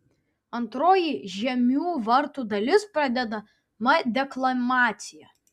antroji žiemių vartų dalis pradedama deklamacija